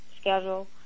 schedule